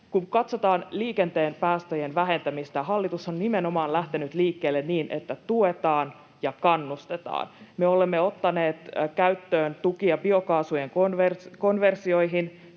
Kun katsotaan liikenteen päästöjen vähentämistä, hallitus on nimenomaan lähtenyt liikkeelle niin, että tuetaan ja kannustetaan. Me olemme ottaneet käyttöön tukia biokaasujen konversioihin,